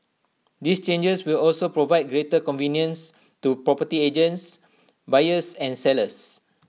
these changes will also provide greater convenience to property agents buyers and sellers